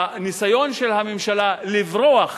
הניסיון של הממשלה לברוח